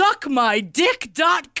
suckmydick.com